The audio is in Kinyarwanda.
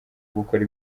gukora